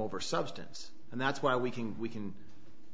over substance and that's why we can we can